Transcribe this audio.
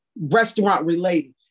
restaurant-related